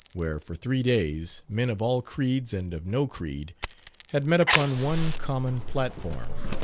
where for three days men of all creeds and of no creed had met upon one common platform.